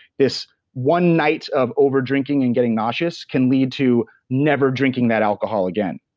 this one night of over drinking and getting nauseous can lead to never drinking that alcohol again.